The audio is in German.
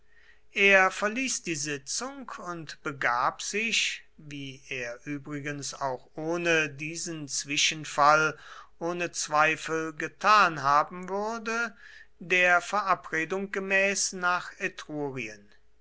er verließ die sitzung und begab sich wie er übrigens auch ohne diesen zwischenfall ohne zweifel getan haben würde der verabredung gemäß nach